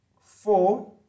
four